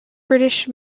british